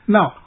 Now